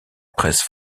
presse